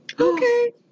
okay